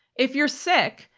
if you are sick,